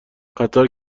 قطار